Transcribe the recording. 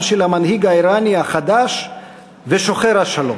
של המנהיג האיראני החדש ו"שוחר השלום".